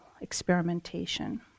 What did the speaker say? experimentation